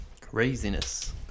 craziness